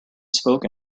spoke